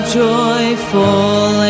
joyful